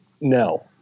no